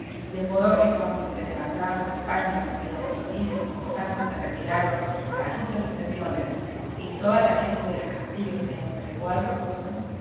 de modo que cuando se levantaron los paños y don dionís y constanza se retiraron a sus habitaciones y toda la gente del castillo se entregó al reposo